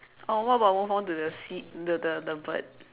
or what about I move on to the sea the the the bird